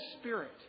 Spirit